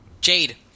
Jade